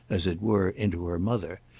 as it were, into her mother,